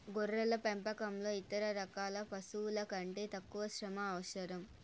గొర్రెల పెంపకంలో ఇతర రకాల పశువుల కంటే తక్కువ శ్రమ అవసరం